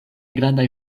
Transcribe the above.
grandaj